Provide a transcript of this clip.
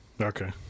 Okay